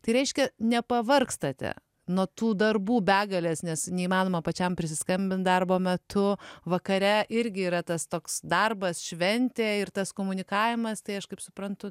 tai reiškia nepavargstate nuo tų darbų begalės nes neįmanoma pačiam prisiskambint darbo metu vakare irgi yra tas toks darbas šventė ir tas komunikavimas tai aš kaip suprantu